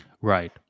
Right